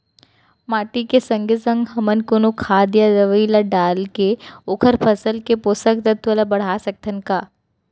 माटी के संगे संग हमन कोनो खाद या दवई ल डालके ओखर फसल के पोषकतत्त्व ल बढ़ा सकथन का?